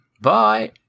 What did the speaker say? Bye